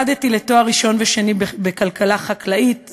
למדתי לתואר ראשון ושני בכלכלה חקלאית,